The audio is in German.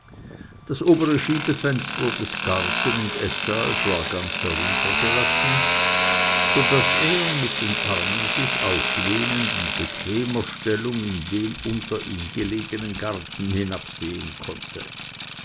das obere schiebefenster des garten und eßsaales war ganz heruntergelassen so daß er mit den armen sich auflehnend in bequemer stellung in den unter ihm gelegenen garten hinabsehen konnte